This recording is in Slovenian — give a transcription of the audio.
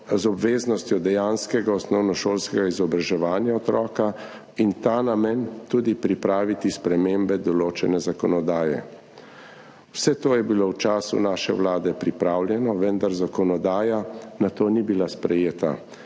z obveznostjo dejanskega osnovnošolskega izobraževanja otroka in v ta namen tudi pripraviti spremembe določene zakonodaje. Vse to je bilo v času naše vlade pripravljeno, vendar zakonodaja nato ni bila sprejeta.